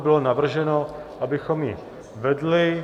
Bylo navrženo, abychom ji vedli.